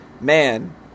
man